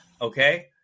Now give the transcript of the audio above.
okay